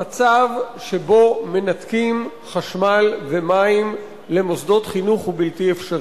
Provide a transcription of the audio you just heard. המצב שבו מנתקים חשמל ומים למוסדות חינוך הוא בלתי אפשרי.